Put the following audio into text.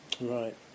Right